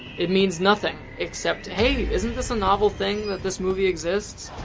it means nothing except, hey, isn't this a novel thing that this movie exists?